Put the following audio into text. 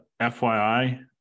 FYI